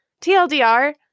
TLDR